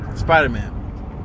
Spider-Man